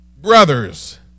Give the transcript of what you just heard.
Brothers